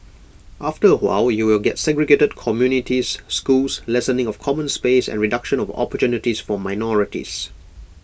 after A while you will get segregated communities schools lessening of common space and reduction of opportunities for minorities